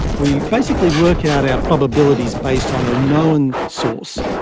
we basically work out our probabilities based on a known source,